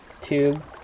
tube